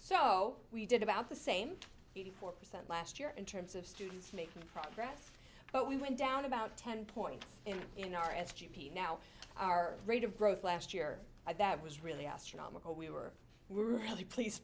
so we did about the same eighty four percent last year in terms of students making progress but we went down about ten points in our s g p now our rate of growth last year that was really astronomical we were really please